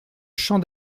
champ